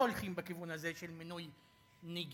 לא הולכים בכיוון הזה של מינוי נגידה,